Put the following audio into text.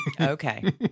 Okay